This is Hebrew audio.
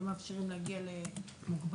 לא מאשרים להגיע למוגבלים?